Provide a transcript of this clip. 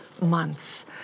months